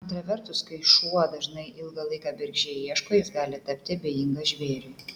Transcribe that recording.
antra vertus kai šuo dažnai ilgą laiką bergždžiai ieško jis gali tapti abejingas žvėriui